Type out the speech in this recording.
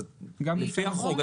אז לפי החוק,